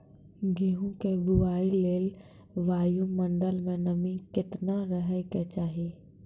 गेहूँ के बुआई लेल वायु मंडल मे नमी केतना रहे के चाहि?